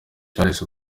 charles